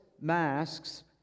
masks